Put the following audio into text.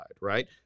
right